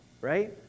right